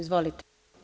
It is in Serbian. Izvolite.